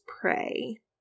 pray